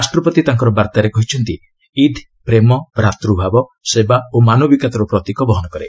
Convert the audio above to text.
ରାଷ୍ଟ୍ରପତି ତାଙ୍କ ବାର୍ତ୍ତାରେ କହିଛନ୍ତି ଇଦ୍ ପ୍ରେମ ଭ୍ରାତୃଭାବ ସେବା ଓ ମାନବିକତାର ପ୍ରତୀକ ବହନ କରେ